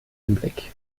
anblick